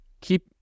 keep